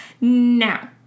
Now